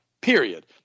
Period